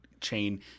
chain